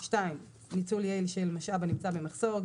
(ב)ניצול יעיל של משאב הנמצא במחסור,